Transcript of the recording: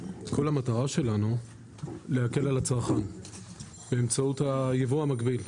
המטרה שלנו היא להקל על הצרכן באמצעות הייבוא המקביל.